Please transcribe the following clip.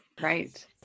Right